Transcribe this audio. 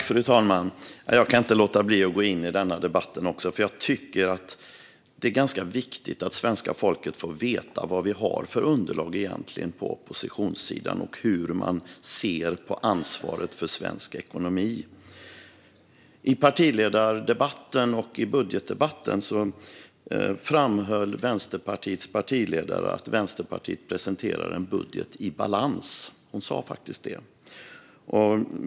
Fru talman! Jag kan inte låta bli att gå in även i denna debatt, för jag tycker att det är ganska viktigt att svenska folket får veta vilket underlag oppositionssidan faktiskt har och hur de ser på ansvaret för svensk ekonomi. I partiledardebatten och i budgetdebatten framhöll Vänsterpartiets partiledare att Vänsterpartiet presenterar en budget i balans. Hon sa faktiskt det.